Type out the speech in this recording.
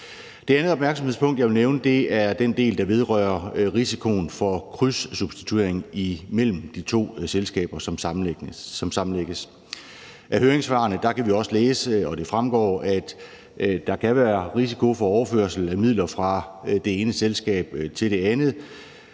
Det andet opmærksomhedspunkt, jeg vil nævne, er den del, der vedrører risikoen for krydssubsidiering mellem de to selskaber, som sammenlægges. Af høringssvarene fremgår det også, at der kan være risiko for overførsel af midler fra det ene selskab til det andet.